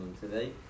today